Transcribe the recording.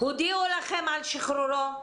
הודיעו לכם על שחרורו?